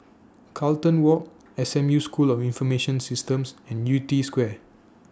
Carlton Walk S M U School of Information Systems and Yew Tee Square